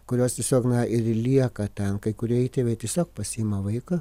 kurios tiesiog na ir lieka ten kai kurie įtėvai tiesiog pasiima vaiką